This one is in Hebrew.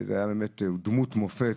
הוא היה באמת דמות מופת.